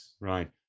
Right